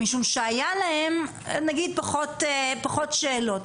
משום שהיה להם פחות שאלות.